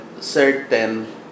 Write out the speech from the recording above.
certain